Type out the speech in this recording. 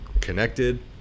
connected